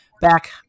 Back